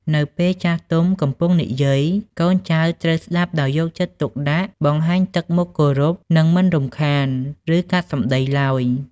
នៅពេលចាស់ទុំកំពុងនិយាយ កូនចៅត្រូវ ស្ដាប់ដោយយកចិត្តទុកដាក់ បង្ហាញទឹកមុខគោរព និងមិនរំខាន ឬ កាត់សម្ដី ឡើយ។